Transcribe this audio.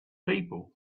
people